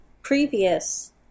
Previous